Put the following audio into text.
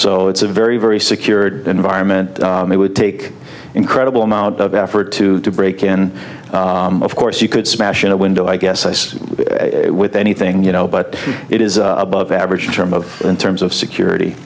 so it's a very very secure environment it would take incredible amount of effort to break in of course you could smash in a window i guess us with anything you know but it is above average in terms of in terms of security